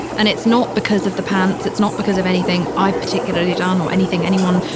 and it's not because of the pants. it's not because of anything i've particularly done or anything anyone,